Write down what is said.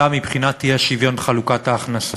מבחינת האי-שוויון בחלוקת ההכנסות,